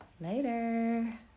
later